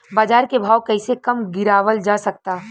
बाज़ार के भाव कैसे कम गीरावल जा सकता?